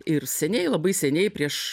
ir seniai labai seniai prieš